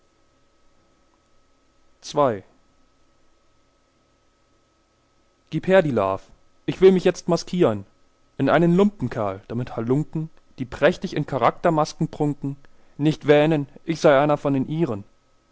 ii gib her die larv ich will mich jetzt maskieren in einen lumpenkerl damit halunken die prächtig in charaktermasken prunken nicht wähnen ich sei einer von den ihren